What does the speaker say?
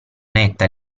netta